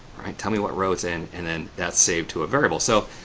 right? tell me what row it's in and then that's saved to a variable. so,